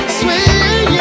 sweet